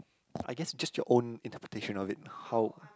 I guess just your own interpretation of it how